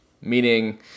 meaning